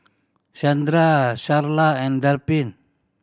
Shandra Sharla and Daphne